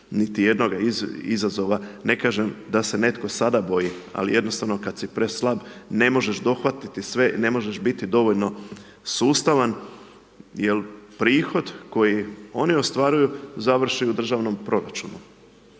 niti jednoga izazova. Ne kažem da se netko sada boji, ali, jednostavno, kada si preslab, ne možeš dohvatiti sve, ne možeš biti dovoljno sustavan, jer prihod koji oni ostvaruju završi u državnom proračunu.